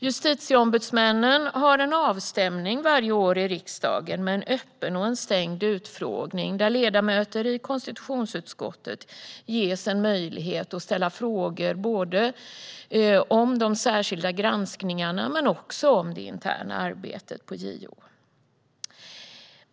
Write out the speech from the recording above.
Justitieombudsmannen har en avstämning varje år i riksdagen med en öppen och en stängd utfrågning där ledamöter i konstitutionsutskottet ges möjlighet att ställa frågor, både om de särskilda granskningarna och om det interna arbetet på JO.